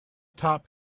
top